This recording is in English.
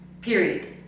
Period